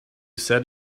said